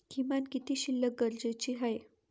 किमान किती शिल्लक गरजेची आहे?